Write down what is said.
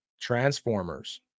transformers